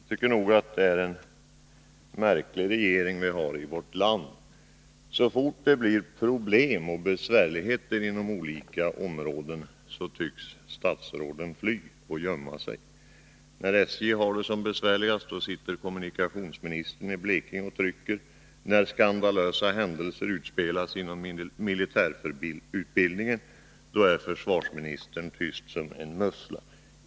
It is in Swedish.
Herr talman! Jag tycker nog att det är en märklig regering vi har i vårt land. Så fort det blir problem och besvärligheter inom olika områden tycks statsråden fly och gömma sig. När SJ har det som besvärligast sitter kommunikationsministern i Blekinge och trycker. När skandalösa händelser utspelas inom militärutbildningen är försvarsministern tyst som en mussla.